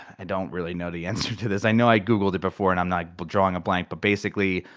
i don't really know the answer to this. i know i googled it before, and i'm like but drawing a blank. but basically,